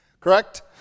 correct